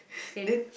fail